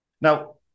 Now